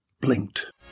Blinked